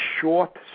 short